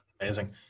amazing